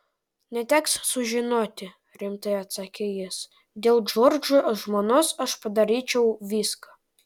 neteks sužinoti rimtai atsakė jis dėl džordžo žmonos aš padaryčiau viską